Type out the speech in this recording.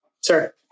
sir